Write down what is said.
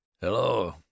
Hello